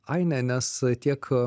ainę nes tiek